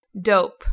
Dope